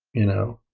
you know,